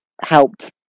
helped